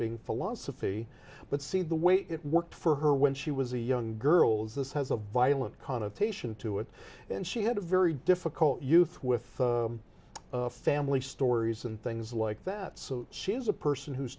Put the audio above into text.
being philosophy but see the way it worked for her when she was a young girls this has a violent connotation to it and she had a very difficult youth with family stories and things like that so choose a person who's